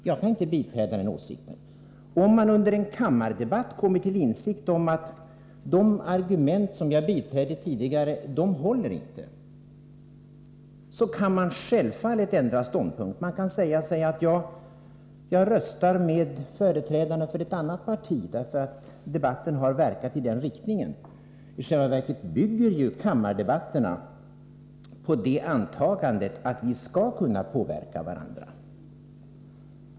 Jag kan inte biträda den åsikten. Om man under en kammardebatt kommer till insikt om att de argument som man tidigare biträdde inte håller, då kan man självfallet ändra ståndpunkt. Man kan säga så här: Jag röstar med företrädarna för ett annat parti därför att debatten har verkat i den riktningen. I själva verket bygger ju kammardebatterna på antagandet att vi skall kunna påverka varandra.